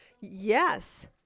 Yes